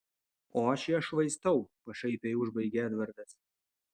o aš ją švaistau pašaipiai užbaigė edvardas